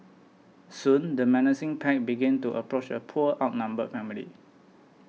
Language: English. soon the menacing pack began to approach the poor outnumbered family